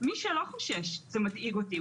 מי שלא חושש, מדאיג אותי.